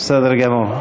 בסדר גמור.